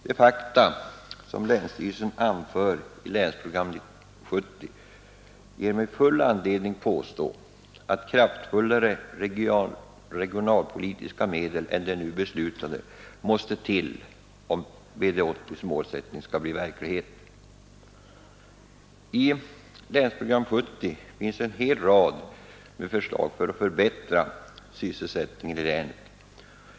De fakta som länsstyrelsen anför i Länsprogram 70 ger mig full anledning påstå att kraftfullare regionalpolitiska medel än de nu beslutade måste till om BD 80:s målsättning skall bli verklighet. I Länsprogram 70 finns en hel rad med förslag för att förbättra sysselsättningen i länet.